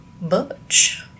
Butch